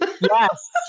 Yes